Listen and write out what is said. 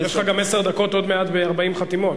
יש לך גם עשר דקות עוד מעט ב-40 חתימות.